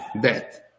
death